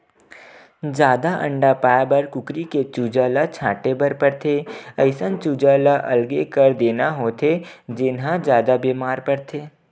जादा अंडा पाए बर कुकरी के चूजा ल छांटे बर परथे, अइसन चूजा ल अलगे कर देना होथे जेन ह जादा बेमार परथे